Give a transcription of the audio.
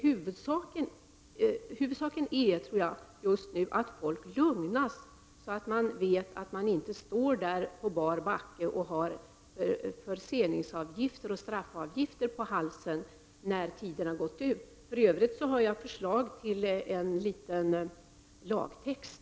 Huvudsaken tror jag ändå är att folk lugnas, så att de vet att de inte står på bar backe och drabbas av förseningsavgifter och straffavgifter när de inte kan betala i tid. För övrigt har jag ett förslag till en liten lagtext.